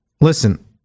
Listen